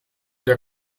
der